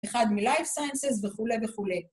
‫אחד מלייב סיינסס וכולי וכולי.